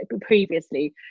previously